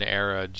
era